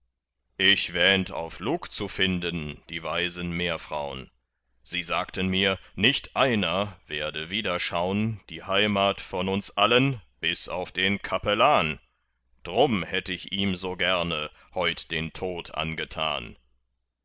ich wähnt auf lug zu finden die weisen meerfraun sie sagten mir nicht einer werde wiederschaun die heimat von uns allen bis auf den kapellan drum hätt ich ihm so gerne heut den tod angetan